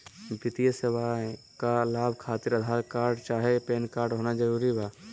वित्तीय सेवाएं का लाभ खातिर आधार कार्ड चाहे पैन कार्ड होना जरूरी बा?